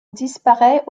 disparaît